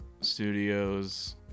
studio's